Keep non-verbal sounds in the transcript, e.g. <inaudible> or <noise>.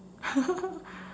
<laughs>